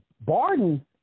Barden